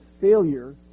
failure